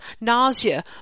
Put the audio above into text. nausea